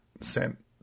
sent